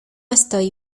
estoy